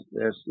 yes